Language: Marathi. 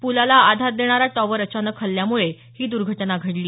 पुलाला आधार देणारा टॉवर अचानक हलल्यामुळे ही दूर्घटना घडली